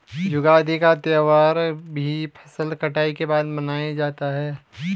युगादि का त्यौहार भी फसल कटाई के बाद मनाया जाता है